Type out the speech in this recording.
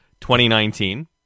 2019